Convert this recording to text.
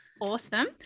Awesome